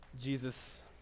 Jesus